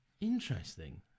Interesting